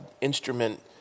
instrument